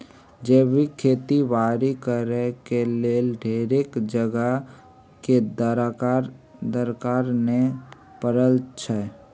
जैविक खेती बाड़ी करेके लेल ढेरेक जगह के दरकार न पड़इ छइ